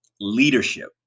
leadership